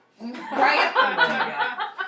Right